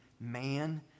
man